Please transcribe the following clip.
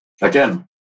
again